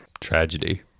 Tragedy